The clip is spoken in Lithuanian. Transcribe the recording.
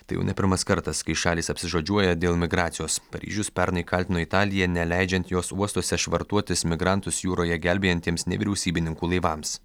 tai jau ne pirmas kartas kai šalys apsižodžiuoja dėl migracijos paryžius pernai kaltino italiją neleidžiant jos uostuose švartuotis migrantus jūroje gelbėjantiems nevyriausybininkų laivams